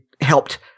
helped